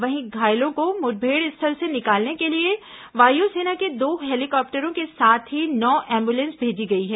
वहीं घायलों को मुठभेड़ स्थल से निकालने के लिए वायुसेना के दो हेलीकॉप्टरों के साथ ही नौ एम्ब्रेंस भेजी गई है